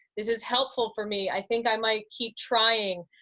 this is helpful for me. i think i might keep trying.